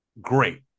great